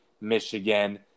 Michigan